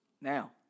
Now